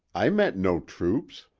i met no troops.